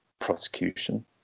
prosecution